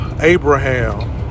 Abraham